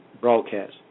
broadcast